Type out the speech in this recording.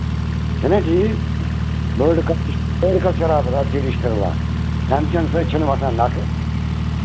چھُنا ٹھیٖک world cup تہِ چھُ ؤرلڈ کَپ چھُ شرافتس اَدٕ چھُے رِشتہٕ وللہ کھٮ۪ن چٮ۪نہٕ سۭتۍ چھُنہٕ وَسان نَکھٕ